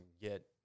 get